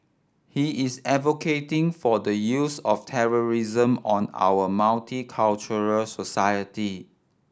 he is advocating for the use of terrorism on our multicultural society